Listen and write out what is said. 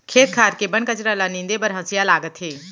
खेत खार के बन कचरा ल नींदे बर हँसिया लागथे